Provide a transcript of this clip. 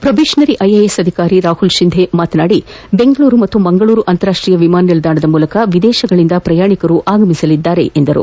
probationary IAS ಅಧಿಕಾರಿ ರಾಹುಲ್ ಶಿಂಧೆ ಮಾತನಾಡಿ ಬೆಂಗಳೂರು ಹಾಗೂ ಮಂಗಳೂರು ಅಂತಾರಾಷ್ಷೀಯ ವಿಮಾನನಿಲ್ದಾಣದ ಮೂಲಕ ವಿದೇಶಗಳಿಂದ ಪ್ರಯಾಣಿಕರು ಆಗಮಿಸಲಿದ್ದಾರೆ ಎಂದರು